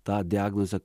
tą diagnozę